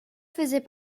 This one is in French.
faisait